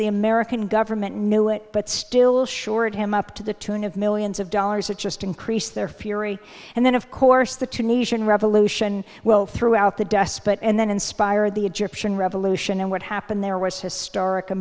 the american government knew it but still short him up to the tune of millions of dollars it just increased their fury and then of course the tunisian revolution well throughout the despot and then inspired the egyptian revolution and what happened there was historic a